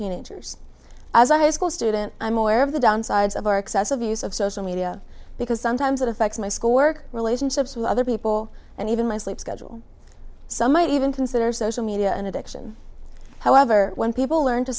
teenagers as i school student i'm aware of the downsides of our excessive use of social media because sometimes it affects my school work relationships with other people and even my sleep schedule some might even consider social media an addiction however when people learn to